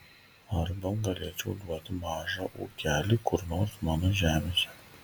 arba galėčiau duoti mažą ūkelį kur nors mano žemėse